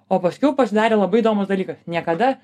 o paskiau pasidarė labai įdomus dalykas niekada